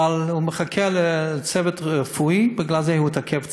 אבל הוא מחכה לצוות רפואי, בגלל זה הוא התעכב קצת.